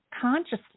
consciously